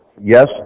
Yes